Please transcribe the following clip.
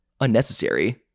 unnecessary